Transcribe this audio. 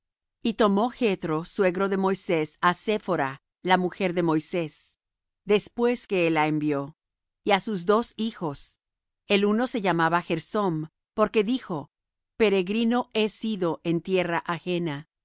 y tomó jethro suegro de moisés á séphora la mujer de moisés después que él la envió y á sus dos hijos el uno se llamaba gersóm porque dijo peregrino he sido en tierra ajena